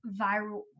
viral